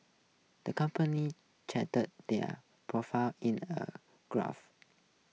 the company charted their profits in a graph